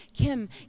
Kim